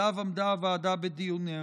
שעליו עמדה הוועדה בדיוניה.